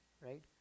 right